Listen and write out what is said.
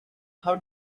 how